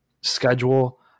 schedule